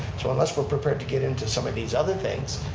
so unless we're prepared to get into some of these other things,